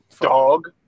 dog